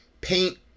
paint